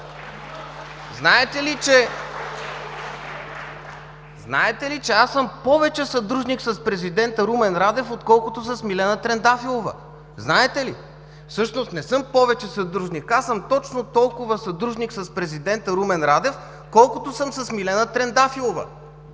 Знаете ли, че аз съм повече съдружник с президента Румен Радев, отколкото с Милена Трендафилова? Знаете ли? Всъщност, не съм повече съдружник, аз съм точно толкова съдружник с президента Румен Радев, колкото съм с Милена Трендафилова,